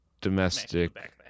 domestic